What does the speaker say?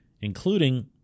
including